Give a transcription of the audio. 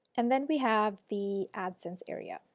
and then we have the adsense area.